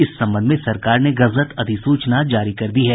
इस संबंध में सरकार ने गजट अधिसूचना जारी कर दी है